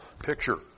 picture